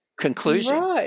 Conclusion